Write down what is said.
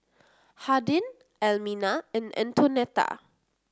Hardin Elmina and Antonetta